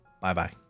Bye-bye